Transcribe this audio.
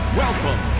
welcome